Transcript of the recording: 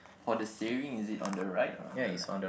for the saving is it on the right or on the left